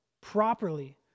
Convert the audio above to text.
properly